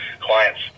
clients